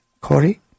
Corey